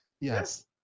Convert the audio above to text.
Yes